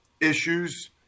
issues